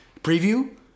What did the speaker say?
preview